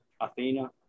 Athena